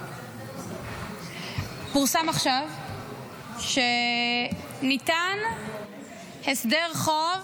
פורסם עכשיו שניתן הסדר חוב